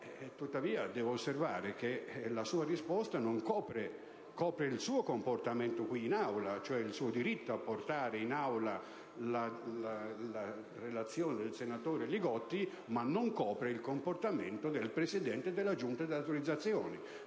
Tuttavia devo osservare che la sua risposta copre il suo comportamento in Aula, cioè il suo diritto a portare in Aula la relazione del senatore Li Gotti, ma non copre il comportamento del Presidente della Giunta delle elezioni.